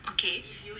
okay